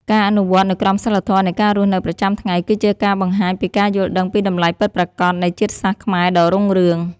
ការអនុវត្តនូវក្រមសីលធម៌នៃការរស់នៅប្រចាំថ្ងៃគឺជាការបង្ហាញពីការយល់ដឹងពីតម្លៃពិតប្រាកដនៃជាតិសាសន៍ខ្មែរដ៏រុងរឿង។